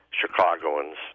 Chicagoans